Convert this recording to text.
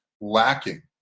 lacking